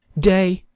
day,